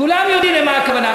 כולם יודעים למה הכוונה.